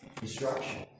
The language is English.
destruction